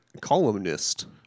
columnist